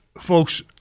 folks